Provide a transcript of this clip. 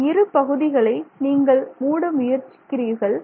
இந்த இரு பகுதிகளை நீங்கள் மூட முயற்சிக்கிறீர்கள்